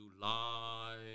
July